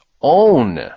own